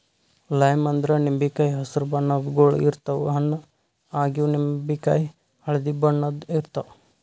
lime ಅಂದ್ರ ನಿಂಬಿಕಾಯಿ ಹಸ್ರ್ ಬಣ್ಣದ್ ಗೊಳ್ ಇರ್ತವ್ ಹಣ್ಣ್ ಆಗಿವ್ ನಿಂಬಿಕಾಯಿ ಹಳ್ದಿ ಬಣ್ಣದ್ ಇರ್ತವ್